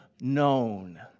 known